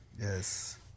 Yes